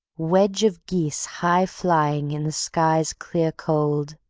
wedge of geese high-flying in the sky's clear cold,